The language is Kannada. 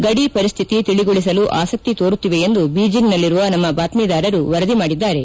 ಗಡಿ ಪರಿಸ್ಥಿತಿ ತಿಳಗೊಳಿಸಲು ಆಸಕ್ತಿ ತೋರುತ್ತಿವೆ ಎಂದು ಬೀಜಿಂಗ್ನಲ್ಲಿರುವ ನಮ್ಮ ಬಾತ್ತೀದಾರರು ವರದಿ ಮಾಡಿದ್ದಾರೆ